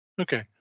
Okay